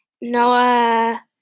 Noah